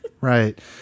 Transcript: Right